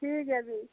ठीक ऐ फ्ही